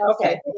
Okay